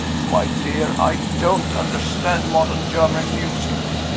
my dear, i don't understand modern german music.